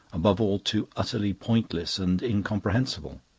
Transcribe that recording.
above all too utterly pointless and incomprehensible.